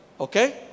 Okay